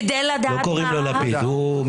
סימון, כדי לדעת ולהבין מה הפוך.